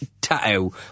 tattoo